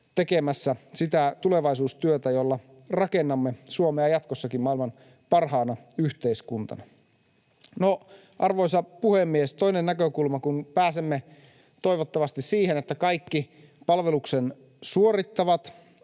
tekemässä sitä tulevaisuustyötä, jolla rakennamme Suomea jatkossakin maailman parhaana yhteiskuntana. Arvoisa puhemies! Toinen näkökulma: Kun pääsemme toivottavasti siihen, että kaikki — kaikki